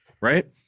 right